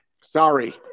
Sorry